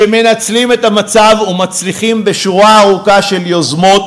שמנצלים את המצב ומצליחים בשורה ארוכה של יוזמות